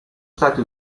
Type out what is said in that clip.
stati